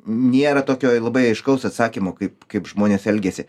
nėra tokio labai aiškaus atsakymo kaip kaip žmonės elgėsi